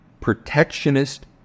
protectionist